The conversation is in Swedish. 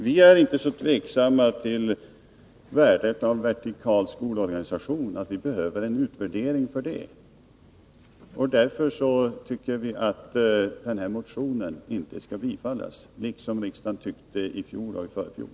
Vi är inte så tveksamma till värdet av en vertikal skolorganisation att vi behöver en utvärdering. Därför tycker vi att denna motion inte skall bifallas, detsamma som riksdagen tyckte i fjol och i förfjol.